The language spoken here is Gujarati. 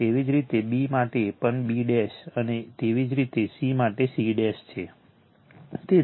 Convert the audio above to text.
એવી જ રીતે b માટે પણ b અને તેવી જ રીતે c માટે cછે